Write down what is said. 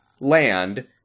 land